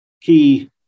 key